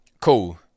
Cool